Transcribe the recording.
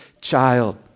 child